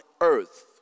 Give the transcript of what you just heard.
earth